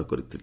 ନ କରିଥିଲେ